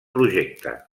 projecte